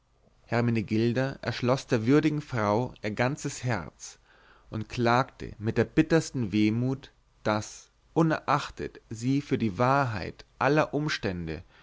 hermenegilda erschloß der würdigen frau ihr ganzes herz und klagte mit der bittersten wehmut daß unerachtet sie für die wahrheit aller umstände